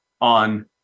on